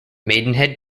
maidenhead